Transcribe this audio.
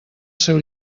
seu